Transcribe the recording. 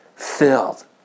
Filled